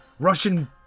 Russian